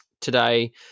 today